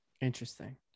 Interesting